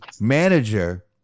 manager